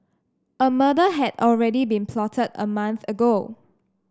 a murder had already been plotted a month ago